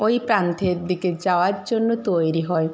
ওই প্রান্তের দিকে যাওয়ার জন্য তৈরি হয়